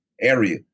area